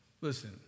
Listen